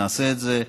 נעשה את זה.